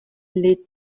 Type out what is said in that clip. les